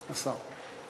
השר.